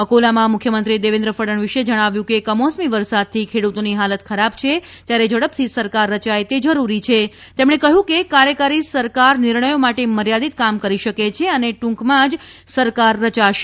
અકોલામાં મુખ્યમંત્રી દેવેન્દ્ર ફડણવીસે જણાવ્યું કે કમોસમી વરસાદથી ખેડૂતોની હાલત ખરાબ છે ત્યારે ઝડપથી સરકાર રયાય તે જરૂરી છે તેમણે કહ્યું કે કાર્યકારી સરકાર નિર્ણયો માટે મર્યાદિત કામ કરી શકે છે અને ટૂંકમાં જ સરકાર રચાશે